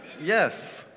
Yes